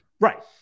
Right